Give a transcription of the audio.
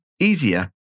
easier